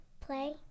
Play